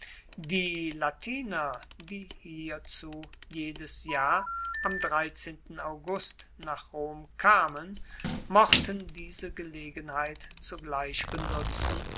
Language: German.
die latiner die hierzu jedes jahr am august nach rom kamen mochten diese gelegenheit zugleich benutzen